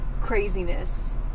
craziness